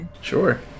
Sure